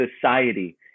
society